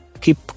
keep